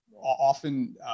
Often